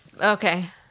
okay